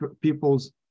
people's